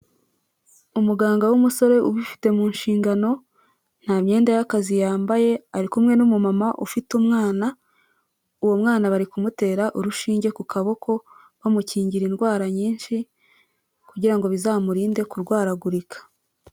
Umuganga w'umusore ubifite mu nshingano nta myenda y'akazi yambaye, ari kumwe n'umumama ufite umwana, uwo mwana bari kumutera urushinge ku kaboko bamukingira indwara nyinshi kugira ngo bizamurinde kurwaragurika.